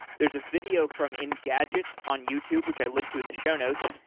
there's a video from engadget on youtube which i linked to in the show notes,